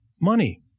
Money